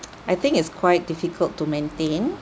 I think it's quite difficult to maintain